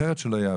אחרת שלא יעביר.